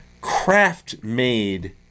craft-made